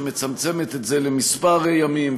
שמצמצמת את זה לכמה ימים,